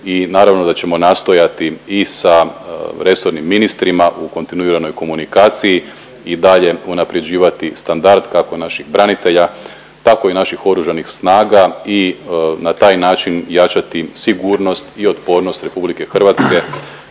i naravno da ćemo nastojati i sa resornim ministrima u kontinuiranoj komunikaciji i dalje unaprjeđivati standard kao naših branitelja tako i naših oružanih snaga i na taj način jačati sigurnost i otpornost RH ne samo